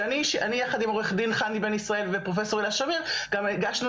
שאני אישית יחד עם עורכת הדין חני בן ישראל ופרופ' הילה שמיר גם הגשנו